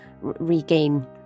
regain